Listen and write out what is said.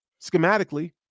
schematically